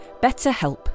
BetterHelp